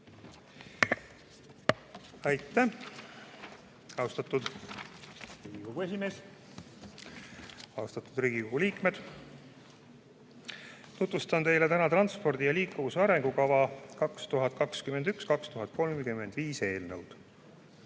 Aitäh, austatud Riigikogu esimees! Austatud Riigikogu liikmed! Tutvustan teile täna "Transpordi ja liikuvuse arengukava 2021–2035" eelnõu.